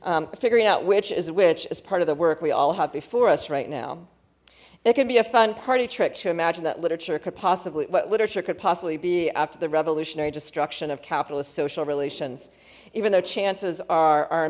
s figuring out which is which as part of the work we all have before us right now it can be a fun party trick to imagine that literature could possibly what literature could possibly be after the revolutionary destruction of capitalist social relations even though chances are our